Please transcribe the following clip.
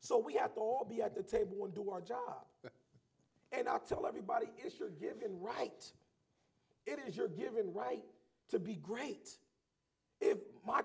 so we had all be at the table and do our job and i tell everybody if you're given right if you're given right to be great if my